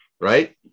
right